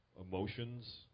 emotions